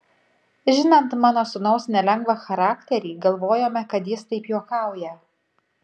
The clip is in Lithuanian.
žinant mano sūnaus nelengvą charakterį galvojome kad jis taip juokauja